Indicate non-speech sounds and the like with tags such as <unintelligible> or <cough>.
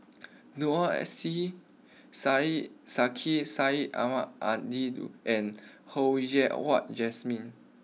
Noor S C Syed Sheikh Syed Ahmad Al <unintelligible> and Ho Yen Wah Jesmine